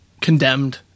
condemned